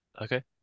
Okay